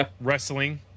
Wrestling